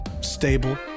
stable